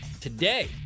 today